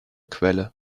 quelle